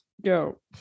Go